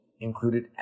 included